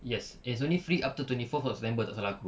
yes it's only free up to twenty fourth of september tak salah aku